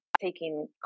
taking